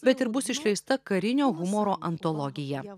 bet ir bus išleista karinio humoro ontologija